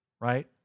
right